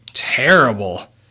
Terrible